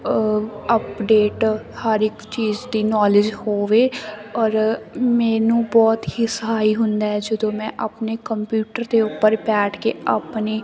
update ਹਰ ਇੱਕ ਚੀਜ਼ ਦੀ ਨੌਲੇਜ ਹੋਵੇ ਔਰ ਮੈਨੂੰ ਬਹੁਤ ਹੀ ਸਹਾਈ ਹੁੰਦਾ ਹੈ ਜਦੋਂ ਮੈਂ ਆਪਣੇ ਕੰਪਿਊਟਰ ਦੇ ਉੱਪਰ ਬੈਠ ਕੇ ਆਪਣੀ